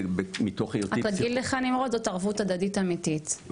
זאת ערבות הדדית אמיתית,